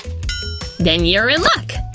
then you're in luck!